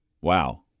Wow